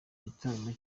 gitaramo